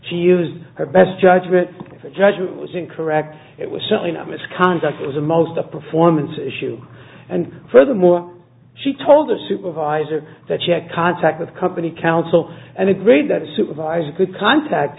she used her best judgment judgment was incorrect it was certainly not misconduct it was a most a performance issue and furthermore she told a supervisor that she had contact with company counsel and agreed that a supervisor could contact